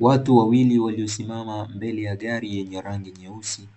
Watu wawili waliosimama mbele ya gari yenye rangi nyeusi,